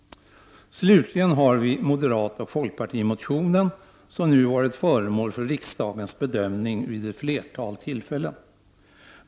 Slutligen vill jag säga något om moderatoch folkpartimotionen, som har varit föremål för riksdagens bedömning vid ett flertal tillfällen.